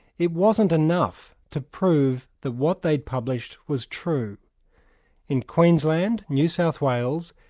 it wasn't enough to prove that what they'd published was true in queensland, new south wales,